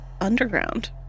underground